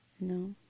No